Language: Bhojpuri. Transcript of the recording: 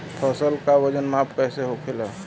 फसल का वजन माप कैसे होखेला?